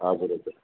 हजुर हजुर